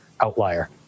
outlier